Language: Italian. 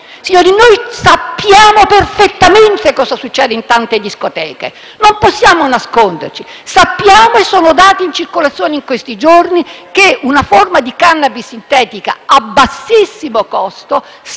Signori, sappiamo perfettamente cosa succede in tante discoteche, non possiamo nasconderci. Sappiamo - si tratta di dati in circolazione in questi giorni - che una forma di *cannabis* sintetica a bassissimo costo sta